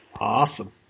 awesome